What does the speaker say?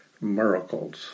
miracles